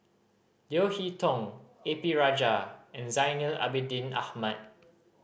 Leo Hee Tong A P Rajah and Zainal Abidin Ahmad